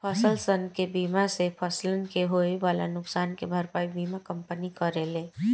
फसलसन के बीमा से फसलन के होए वाला नुकसान के भरपाई बीमा कंपनी करेले